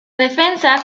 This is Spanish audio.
defensa